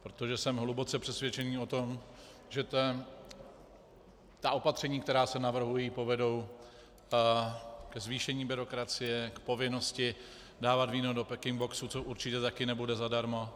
Protože jsem hluboce přesvědčený o tom, že ta opatření, která se navrhují, povedou ke zvýšení byrokracie, k povinnosti dávat víno do bag in boxů, což určitě také nebude zadarmo.